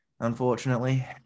Unfortunately